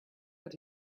but